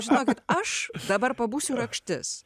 žinokit aš dabar pabūsiu rakštis